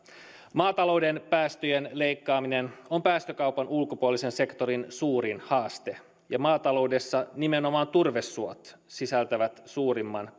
maatalouden päästöjen leikkaaminen on päästökaupan ulkopuolisen sektorin suurin haaste ja maataloudessa nimenomaan turvesuot sisältävät suurimman